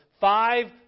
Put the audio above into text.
five